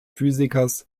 physikers